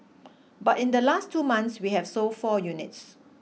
but in the last two months we have sold four units